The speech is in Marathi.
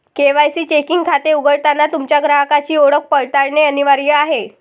के.वाय.सी चेकिंग खाते उघडताना तुमच्या ग्राहकाची ओळख पडताळणे अनिवार्य आहे